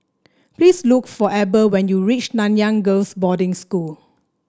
please look for Eber when you reach Nanyang Girls' Boarding School